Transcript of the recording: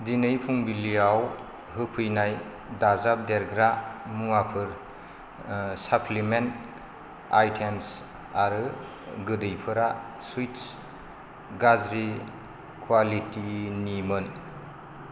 दिनै फुंबिलियाव होफैनाय दाजाबदेरग्रा मुवाफोर साफ्लिमेन्ट आयटेम्स आरो गोदैफोरा सुविटस गाज्रि कुवालिटिनिमोन